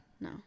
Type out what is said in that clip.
No